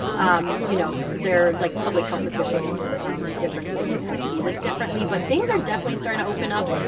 um you know, there like, public health officials in different cities kind of see this differently. but things are definitely starting to open up.